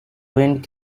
wind